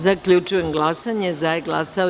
Zaključujem glasanje: za – jedan.